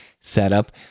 setup